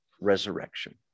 resurrection